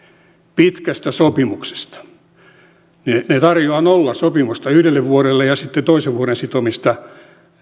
pitkästä sopimuksesta niin se tarjosi nollasopimusta yhdelle vuodelle ja sitten toisen vuoden sitomista